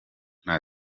nta